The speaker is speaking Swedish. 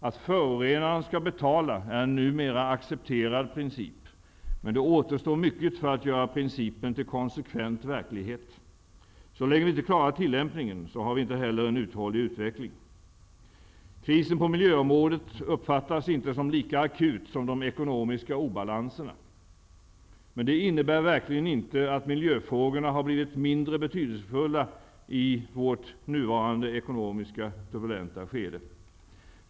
Att förorenaren skall betala är en numera accepterad princip. Men det återstår mycket för att göra principen till konsekvent verklighet. Så länge vi inte klarar tillämpningen, har vi inte heller en uthållig utveckling. Krisen på miljöområdet uppfattas inte som lika akut som de ekonomiska obalanserna. Men det innebär verkligen inte att miljöfrågorna har blivit mindre betydelsefulla i vårt nuvarande turbulenta ekonomiska skede.